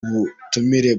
butumire